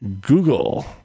Google